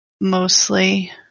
mostly